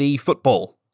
football